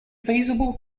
feasible